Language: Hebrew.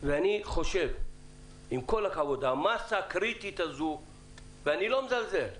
עם כל הכבוד, אני לא מזלזל,